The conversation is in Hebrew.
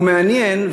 ומעניין,